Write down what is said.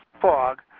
fog